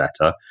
better